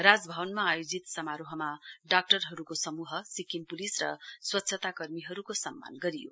राजभवनमा आयोजित समारोहमा डाक्टरहरुको समूह सिक्किम पुलिस र स्वच्छता कर्मीहरुको सम्मान गरियो